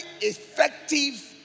effective